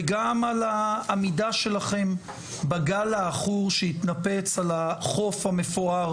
וגם על העמידה שלכם בגל העכור שהתנפץ על החוף המפואר,